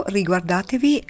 riguardatevi